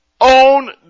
own